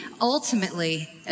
ultimately